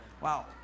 Wow